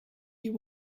you